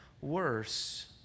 worse